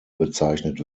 bezeichnet